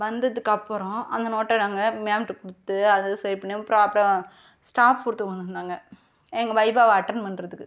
வந்ததுக்கு அப்புறம் அந்த நோட்டை நாங்கள் மேம்ட கொடுத்து அதை சரி பண்ணி ப்ராப்பராக ஸ்டாஃப் கொடுத்து வர சொன்னாங்க எங்கள் வைவா அட்டன் பண்றதுக்கு